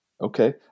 Okay